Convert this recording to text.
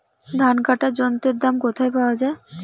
ধান কাটার যন্ত্রের দাম কোথায় পাওয়া যায়?